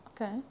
Okay